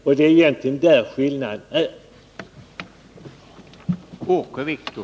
Och det är egentligen där skillnaden ligger.